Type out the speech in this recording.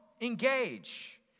Engage